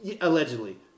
Allegedly